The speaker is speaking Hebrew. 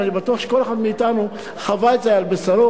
ואני בטוח שכל אחד מאתנו חווה את זה על בשרו,